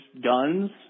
guns